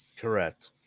Correct